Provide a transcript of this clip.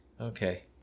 okay